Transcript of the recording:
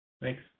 Thanks